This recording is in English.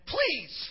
Please